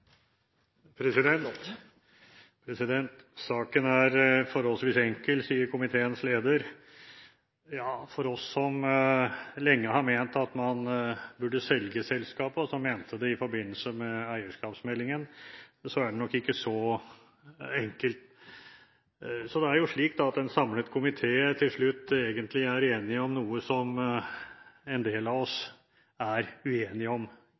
refererte til. Saken er «forholdsvis enkel», sier komiteens leder. Ja, for oss som lenge har ment at man burde selge selskapet, og som mente det i forbindelse med eierskapsmeldingen, er det nok ikke så enkelt. Egentlig er en samlet komité til slutt enig om noe som en del av oss er uenige om